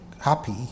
happy